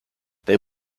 they